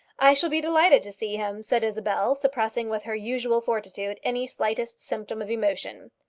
i shall be delighted to see him, said isabel, suppressing with her usual fortitude any slightest symptom of emotion.